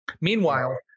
Meanwhile